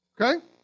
Okay